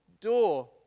door